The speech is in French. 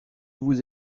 vous